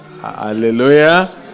Hallelujah